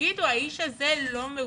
תגידו האיש הזה לא מאושר,